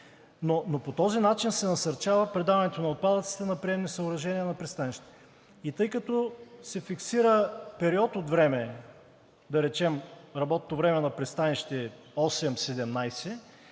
но по този начин се насърчава предаването на отпадъците на приемни съоръжения на пристанища. Тъй като се фиксира период от време, да речем, работното време на пристанището е